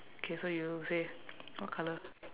K so you say what colour